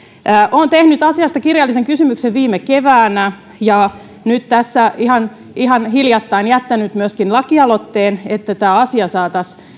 olen tehnyt asiasta kirjallisen kysymyksen viime keväänä ja nyt tässä ihan ihan hiljattain jättänyt myöskin lakialoitteen että tämä asia saataisiin